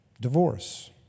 divorce